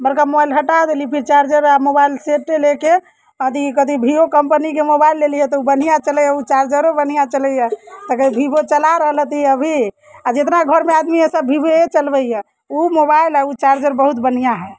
बड़का मोबाइल हटा देली फिर चार्जर आओर मोबाइल सेटे लेके आदि कथी वीवो कम्पनीके मोबाइल लेली हँ तऽ ओ बढ़िआँ चलै ओ चार्जरो बढ़िआँ चलैए तकर वीवो चला रहलतिए अभी आओर जतना घरमे आदमी हइ सअ वीवोए चलबैए ओ मोबाइल आओर ओ चार्जर बहुत बढ़िआँ हइ